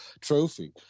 trophy